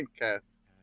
cast